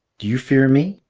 do you fear me?